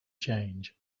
change